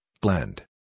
blend